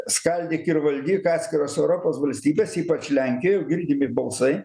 skaldyk ir valdyk atskiras europos valstybes ypač lenkijoj jau girdimi balsai